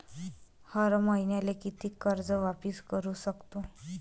हर मईन्याले कितीक कर्ज वापिस करू सकतो?